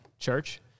church